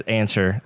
answer